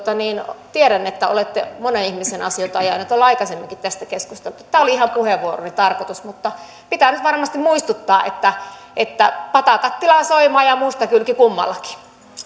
kiittää anna kontulaa tiedän että olette monen ihmisen asioita ajanut olemme aikaisemminkin tästä keskustelleet tämä oli puheenvuoroni tarkoitus mutta pitää nyt varmasti muistuttaa että että pata kattilaa soimaa ja musta kylki kummallakin